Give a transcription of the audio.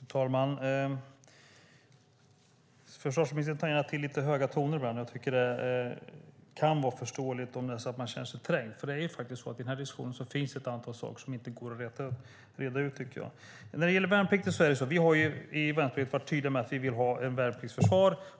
Fru talman! Försvarsministern tar gärna till lite höga toner ibland. Det kan vara förståeligt om man känner sig trängd. Jag tycker att det i denna diskussion finns ett antal saker som inte går att reda ut. När det gäller värnplikten har vi varit tydliga med att vi